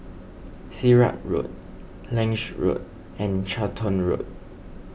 Sirat Road Lange Road and Charlton Road